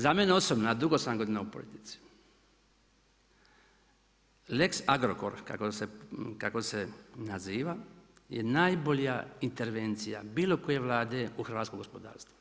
Za mene osobno, a dugo sam godina u politici, lex Agrokor kako se naziva, je najbolja intervencija bilo koje Vlade u hrvatskom gospodarstvu.